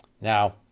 Now